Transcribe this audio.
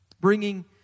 bringing